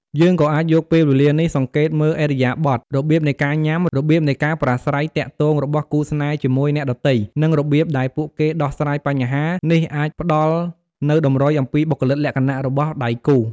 យើងក៏អាចយកពេលវលានេះ សង្កេតមើលឥរិយាបថ របៀបនៃការញ៉ាំ របៀបនៃការប្រាស្រ័យទាក់ទងរបស់គូរស្នេហ៌ជាមួយអ្នកដទៃ និងរបៀបដែលពួកគេដោះស្រាយបញ្ហា នេះអាចផ្តល់នូវតម្រុយអំពីបុគ្គលិកលក្ខណៈរបស់ដៃគូ។